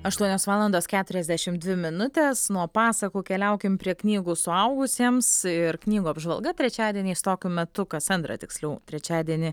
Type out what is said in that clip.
aštuonios valandos keturiasdešim dvi minutės nuo pasakų keliaukim prie knygų suaugusiems ir knygų apžvalga trečiadieniais tokiu metu kas antrą tiksliau trečiadienį